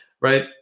right